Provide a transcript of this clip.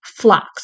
flocks